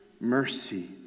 Mercy